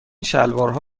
شلوارها